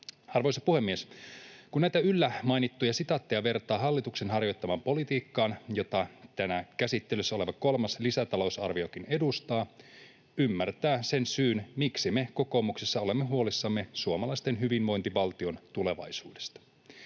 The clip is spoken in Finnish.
Arvoisa puhemies! Kun näitä yllä mainittuja sitaatteja vertaa hallituksen harjoittamaan politiikkaan, jota tänään käsittelyssä oleva kolmas lisätalousarviokin edustaa, ymmärtää sen syyn, miksi me kokoomuksessa olemme huolissamme suomalaisten hyvinvointivaltion tulevaisuudesta.